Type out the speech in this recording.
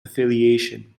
affiliation